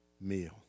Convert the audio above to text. meal